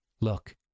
Look